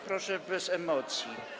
Proszę bez emocji.